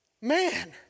Man